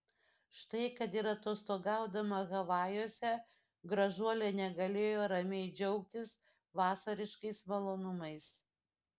štai kad ir atostogaudama havajuose gražuolė negalėjo ramiai džiaugtis vasariškais malonumais